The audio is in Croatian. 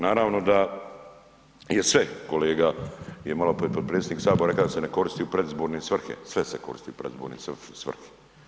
Naravno da je sve kolega je maloprije je potpredsjednik Sabora rekao da se ne koristi u predizborne svrhe, sve se koristi u predizborne svrhe.